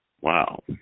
Wow